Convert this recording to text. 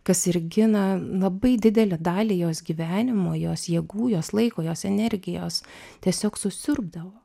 kas ir gina labai didelę dalį jos gyvenimo jos jėgų jos laiko jos energijos tiesiog susiurbdavo